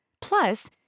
Plus